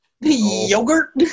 Yogurt